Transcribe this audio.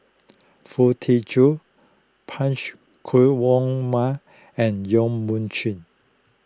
Foo Tee Jun Punch and Yong Mun Chee